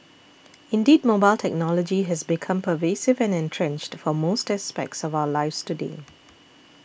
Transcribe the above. indeed mobile technology has become pervasive and entrenched for most aspects of our lives today